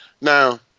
Now